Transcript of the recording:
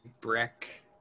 brick